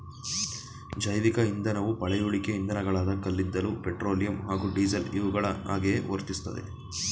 ಜೈವಿಕ ಇಂಧನವು ಪಳೆಯುಳಿಕೆ ಇಂಧನಗಳಾದ ಕಲ್ಲಿದ್ದಲು ಪೆಟ್ರೋಲಿಯಂ ಹಾಗೂ ಡೀಸೆಲ್ ಇವುಗಳ ಹಾಗೆಯೇ ವರ್ತಿಸ್ತದೆ